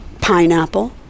pineapple